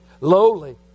lowly